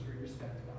respect